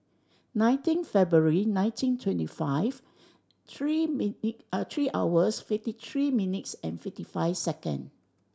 nineteen February nineteen twenty five three minute three hours fifty three minutes and fifty five second